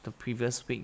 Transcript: the previous week